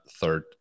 third